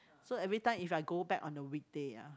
so everytime if I go back on the weekday ah